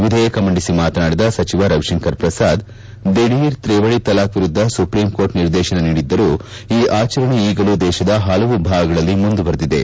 ವಿಧೇಯಕ ಮಂಡಿಸಿ ಮಾತನಾಡಿದ ಸಚಿವ ರವಿಶಂಕರ್ ಪ್ರಸಾದ್ ದಿಢೀರ್ ತ್ರಿವಳಿ ತಲಾಕ್ ವಿರುದ್ದ ಸುಪ್ರೀಂಕೋರ್ಟ್ ನಿರ್ದೇಶನ ನೀಡಿದ್ದರೂ ಈ ಆಚರಣೆ ಈಗಲೂ ದೇಶದ ಹಲವು ಭಾಗಗಳಲ್ಲಿ ಮುಂದುವರೆದಿದೆ